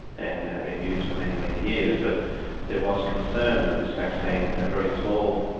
and had been used for many, many years. but there was concern that this vaccine, in a very small,